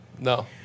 No